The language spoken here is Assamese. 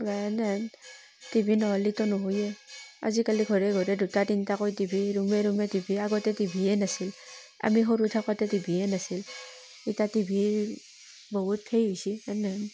বা এনেহেন টিভি নহ'লেতো নহয়েই আজিকালি ঘৰে ঘৰে দুটা তিনিটাকৈ টিভি ৰুমে ৰুমে টিভি আগতে টিভিয়েই নাছিল আমি সৰু থাকোঁতে টিভিয়েই নাছিল এতিয়া টিভিৰ বহুত সেই হৈছে এনেহেন